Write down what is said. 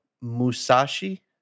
Musashi